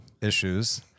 issues